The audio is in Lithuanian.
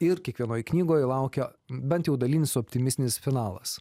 ir kiekvienoj knygoj laukia bent jau dalinis optimistinis finalas